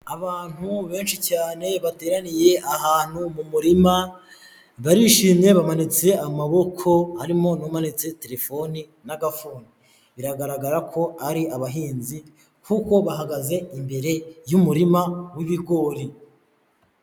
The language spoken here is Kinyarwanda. Abantu benshi cyane bateraniye ahantu mu murima, barishimye bamanitse amaboko harimo umanitse telefone n'agafuni, biragaragara ko ari abahinzi kuko bahagaze imbere y'umurima w'ibigori.